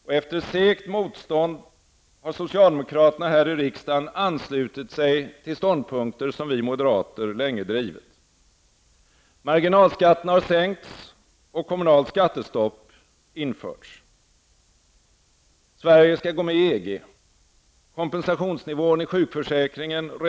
Och efter segt motstånd har socialdemokraterna här i riksdagen anslutit sig till ståndpunkter som vi moderater länge drivit. Marginalskatterna har sänkts och kommunalt skattestopp införts. Sverige skall gå med i EG.